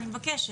אני מבקשת.